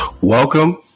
Welcome